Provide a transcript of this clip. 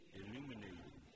illuminated